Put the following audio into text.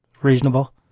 reasonable